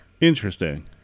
Interesting